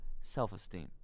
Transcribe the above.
self-esteem